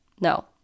No